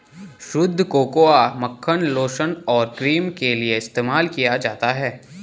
शुद्ध कोकोआ मक्खन लोशन और क्रीम के लिए इस्तेमाल किया जाता है